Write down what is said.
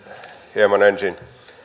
hieman ensin